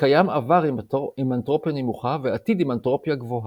שקיים עבר עם אנטרופיה נמוכה ועתיד עם אנטרופיה גבוהה.